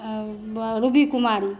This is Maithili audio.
रूबी कुमारी